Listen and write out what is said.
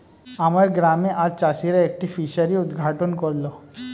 আমার গ্রামে আজ চাষিরা একটি ফিসারি উদ্ঘাটন করল